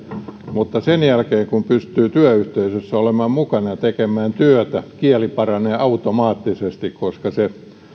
mutta sen jälkeen kun pystyy työyhteisössä olemaan mukana ja tekemään työtä kieli paranee automaattisesti koska se